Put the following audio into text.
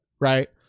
right